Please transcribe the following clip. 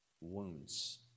Wounds